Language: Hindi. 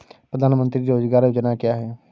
प्रधानमंत्री रोज़गार योजना क्या है?